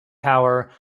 tower